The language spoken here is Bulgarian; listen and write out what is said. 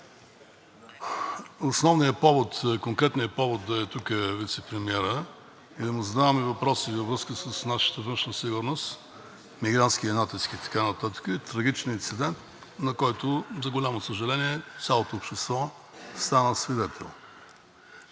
уважаеми колеги! Конкретният повод да е тук вицепремиерът и да му задаваме въпроси във връзка с нашата външна сигурност – мигрантския натиск и така нататък, е трагичният инцидент, на който, за голямо съжаление, цялото общество стана свидетел.